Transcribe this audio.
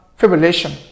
fibrillation